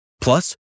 Plus